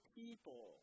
people